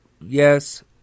yes